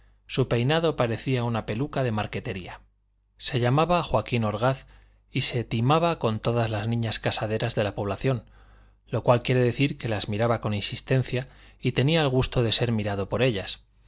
su peinado parecía una peluca de marquetería se llamaba joaquín orgaz y se timaba con todas las niñas casaderas de la población lo cual quiere decir que las miraba con insistencia y tenía el gusto de ser mirado por ellas